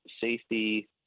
safety